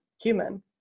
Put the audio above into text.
human